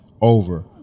over